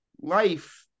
life